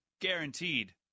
Guaranteed